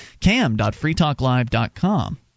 cam.freetalklive.com